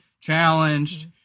challenged